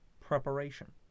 preparation